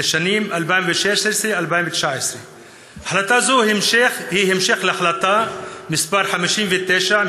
לשנים 2016 2019. החלטה זו היא המשך להחלטה מס' 59,